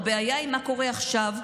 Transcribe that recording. הבעיה היא מה שקורה עכשיו,